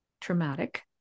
traumatic